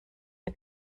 wir